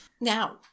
Now